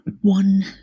one